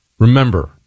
Remember